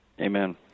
Amen